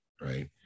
Right